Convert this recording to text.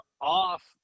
off